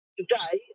today